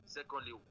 Secondly